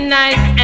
nice